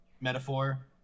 metaphor